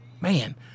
Man